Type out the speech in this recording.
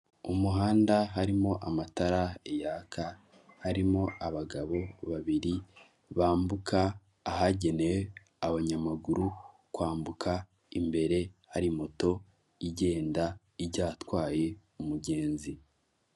Ni isoko ryiza hasi risashe amakaro hejuru hari parafo, mu rwego rwo kwirinda inyanyagira ry'ibicuruzwa bubatse akayetajeri ko mu biti ku buryo usanga buri gicuruzwa gipanze mu mwanya wacyo.